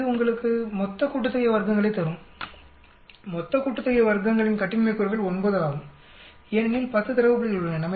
இது உங்களுக்கு வர்க்கங்களின் மொத்த கூட்டுத்தொகையை தரும் வர்க்கங்களின் மொத்த கூட்டுத்தொகைக்கான கட்டின்மை கூறுகள் 9 ஆகும் ஏனெனில் 10 தரவு புள்ளிகள் உள்ளன